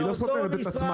היא לא סותרת את עצמה,